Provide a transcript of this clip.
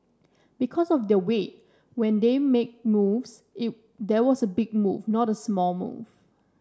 because of their weight when they make moves there was a big move not a small move